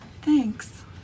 Thanks